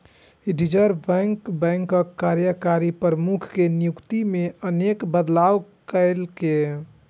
reserve bank बैंकक कार्यकारी प्रमुख के नियुक्ति मे अनेक बदलाव केलकै